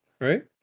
right